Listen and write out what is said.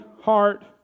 heart